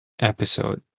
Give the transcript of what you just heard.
episode